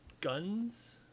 guns